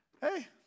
hey